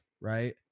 Right